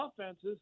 offenses